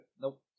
Nope